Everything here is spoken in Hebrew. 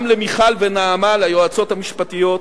גם למיכל ונעמה, ליועצות המשפטיות.